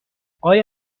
آیا